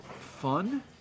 Fun